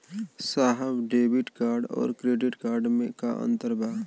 साहब debit card और credit card में का अंतर बा?